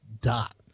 dot